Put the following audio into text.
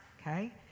okay